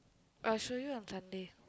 I'll show you on Sunday